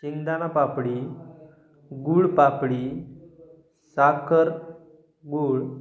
शेंगदाणा पापडी गुळपापडी साखर गुळ